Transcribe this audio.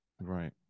Right